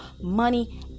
money